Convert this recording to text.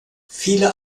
viele